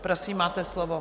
Prosím, máte slovo.